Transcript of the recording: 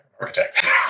architect